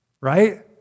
Right